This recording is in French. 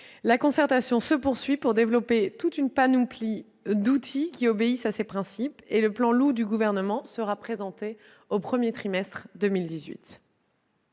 La concertation se poursuit pour développer une panoplie d'outils obéissant à ces principes et le plan Loup du Gouvernement sera présenté au premier trimestre de 2018.